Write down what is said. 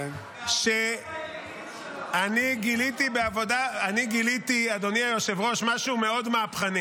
אני גיליתי משהו מהפכני